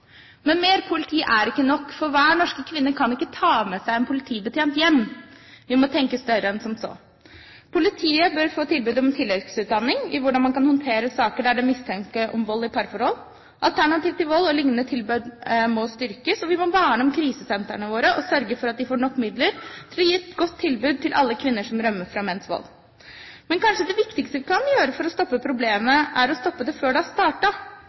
Men mer politi er ikke nok, for hver norske kvinne kan ikke ta med seg en politibetjent hjem. Vi må tenke større enn som så. Politiet bør få tilbud om tilleggsutdanning i hvordan man kan håndtere saker der det er mistanke om vold i parforhold. Alternativ til Vold og liknende tilbud må styrkes, og vi må verne om krisesentrene våre og sørge for at de får nok midler til å gi et godt tilbud til alle kvinner som rømmer fra menns vold. Men kanskje det viktigste vi kan gjøre for å stoppe problemet, er å stoppe det før det